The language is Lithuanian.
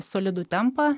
solidų tempą